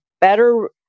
better